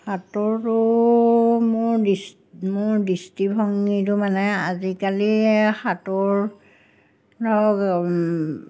সাঁতোৰটো মোৰ মোৰ দৃষ্টিভংগীটো মানে আজিকালি সাঁতোৰ ধৰক